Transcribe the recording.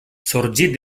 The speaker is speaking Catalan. sorgit